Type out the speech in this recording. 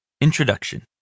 Introduction